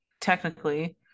technically